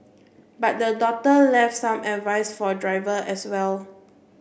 but the daughter left some advice for driver as well